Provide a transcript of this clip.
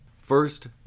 First